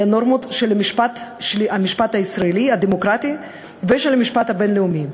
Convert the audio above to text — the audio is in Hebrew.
הנורמות של המשפט הישראלי הדמוקרטי ושל המשפט הבין-לאומי?